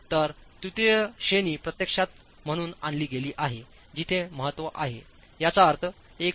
तर तृतीय श्रेणी प्रत्यक्षात म्हणून आणली गेली आहे जिथे महत्त्व आहे याचा अर्थ 1